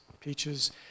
peaches